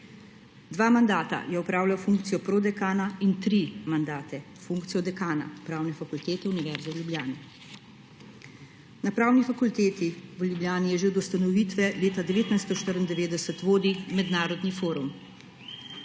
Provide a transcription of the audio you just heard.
Dva mandata je opravljal funkcijo prodekana in tri mandate funkcijo dekana na Pravni fakulteti Univerze v Ljubljani. Na Pravni fakulteti v Ljubljani že od ustanovitve leta 1994 vodi mednarodni forum.